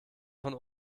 von